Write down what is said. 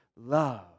love